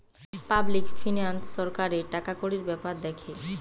public finance সরকারের টাকাকড়ির বেপার দ্যাখে